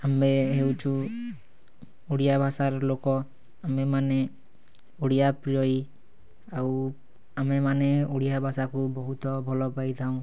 ଆମେ ହେଉଛୁ ଓଡ଼ିଆ ଭାଷାର ଲୋକ ଆମେ ମାନେ ଓଡ଼ିଆ ପ୍ରିୟ ଆଉ ଆମେମାନେ ଓଡ଼ିଆ ଭାଷାକୁ ବହୁତ ଭଲପାଇଥାଉ